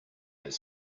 his